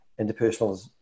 interpersonal